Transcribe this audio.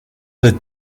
the